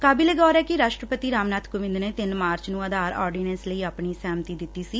ਕਾਬਿਲੇਗੌਰ ਐ ਕਿ ਰਾਸ਼ਟਰਪਤੀ ਰਾਮ ਨਾਥ ਕੋਵਿੰਦ ਨੇ ਤਿੰਨ ਮਾਰਚ ਨੂੰ ਆਧਾਰ ਆਰਡੀਨੈਂਸ ਲਈ ਆਪਣੀ ਸਹਿਮਤੀ ਦਿੱਤੀ ਸੀ